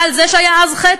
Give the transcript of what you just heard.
אבל זה שהיה אז חטא,